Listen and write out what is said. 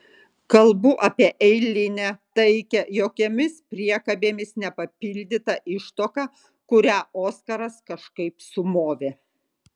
kalbu apie eilinę taikią jokiomis priekabėmis nepapildytą ištuoką kurią oskaras kažkaip sumovė